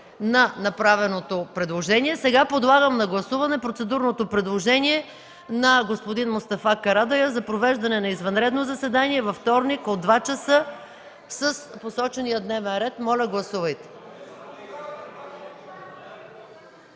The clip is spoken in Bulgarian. на направеното предложение. Сега подлагам на гласуване процедурното предложение на господин Карадайъ за провеждане на извънредно заседание във вторник от 14,00 ч. с посочения дневен ред. Моля, гласувайте.